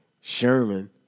Sherman